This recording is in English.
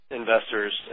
investors